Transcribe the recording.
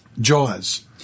JAWS